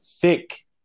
thick